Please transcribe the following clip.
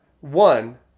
one